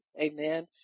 Amen